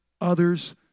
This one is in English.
others